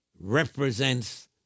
represents